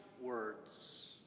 words